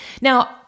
Now